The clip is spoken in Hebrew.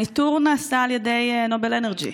הניטור נעשה על ידי נובל אנרג'י.